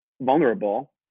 vulnerable